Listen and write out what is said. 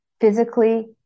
physically